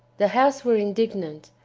the house were indignant,